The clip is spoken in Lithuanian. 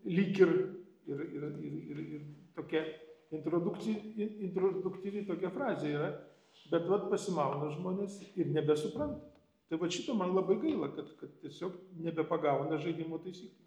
lyg ir ir ir ir ir ir tokia introdukci in introduktyvi tokia frazė yra bet vat pasimauna žmonės ir nebesupranta tai vat šito man labai gaila kad kad tiesiog nebepagauna žaidimo taisyklių